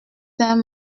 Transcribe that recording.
saint